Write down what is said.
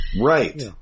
Right